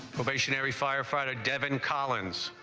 stationary firefighter devon collins